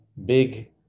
big